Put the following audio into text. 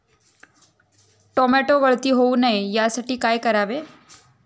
Tomato गळती होऊ नये यासाठी काय करावे?